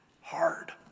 hard